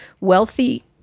wealthy